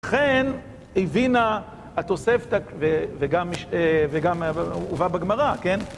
לכן הבינה התוספת וגם הובא בגמרא, כן?